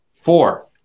Four